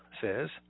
says